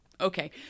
okay